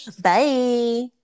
Bye